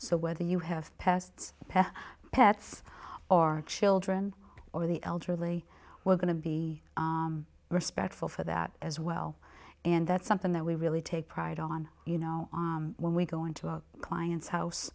so whether you have pasts pets or children or the elderly we're going to be respectful for that as well and that's something that we really take pride on you know when we go into our client's house